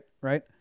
right